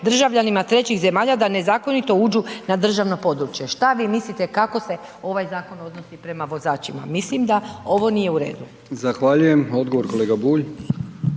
državljanima trećih zemalja da nezakonito uđu na državno područje. Šta vi mislite kako se ovaj zakon odnosi prema vozačima? Mislim da ovo nije uredu. **Brkić, Milijan (HDZ)** Zahvaljujem. Odgovor kolega Bulj.